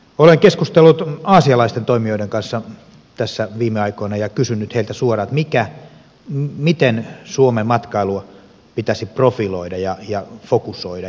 olen keskustellut aasialaisten toimijoiden kanssa tässä viime aikoina ja kysynyt heiltä suoraan miten suomen matkailua pitäisi profiloida ja fokusoida